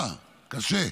קשה.